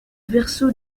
verso